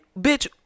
bitch